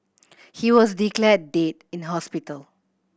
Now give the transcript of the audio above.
he was declared dead in hospital